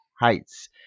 heights